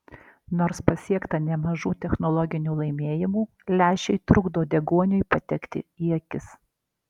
nors pasiekta nemažų technologinių laimėjimų lęšiai trukdo deguoniui patekti į akis